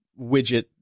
widget